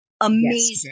amazing